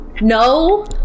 No